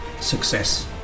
success